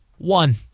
One